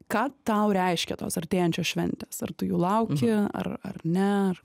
ką tau reiškia tos artėjančios šventės ar tu jų lauki ar ar ne ar